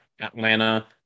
Atlanta